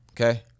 okay